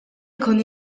ikun